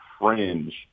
fringe